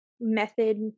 Method